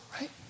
right